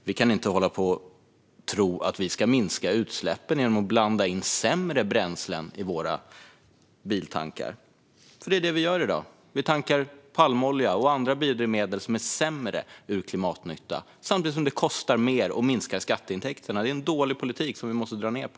Vi kan inte tro att vi minskar utsläppen genom att blanda in sämre bränslen i våra biltankar. Det är det vi gör i dag - vi tankar palmolja och andra biodrivmedel som är sämre ur klimatnyttoperspektiv samtidigt som det kostar mer och minskar skatteintäkterna. Det är en dålig politik som vi måste dra ned på.